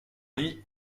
lit